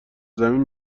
زمین